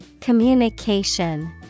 Communication